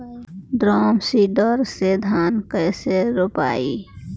Drum seeder से धान कैसे रोपाई?